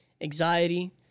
Anxiety